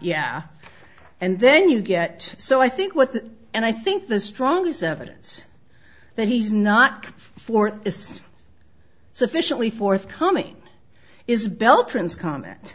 yeah and then you get so i think what and i think the strongest evidence that he's not come forth is sufficiently forthcoming is beltran's comment